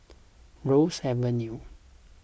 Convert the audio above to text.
Ross Avenue